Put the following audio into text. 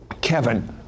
Kevin